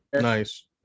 nice